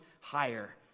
higher